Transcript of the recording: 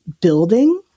building